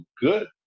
good